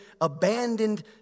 abandoned